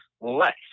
less